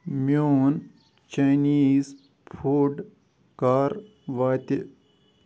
میون Chinese food کَر واتہِ